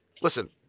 Listen